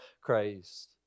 Christ